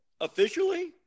officially